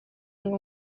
ngo